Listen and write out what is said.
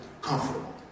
comfortable